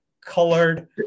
colored